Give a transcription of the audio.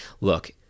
Look